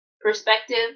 Perspective